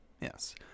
yes